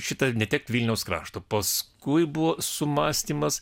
šitą netekt vilniaus krašto paskui buvo sumąstymas